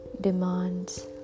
demands